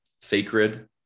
sacred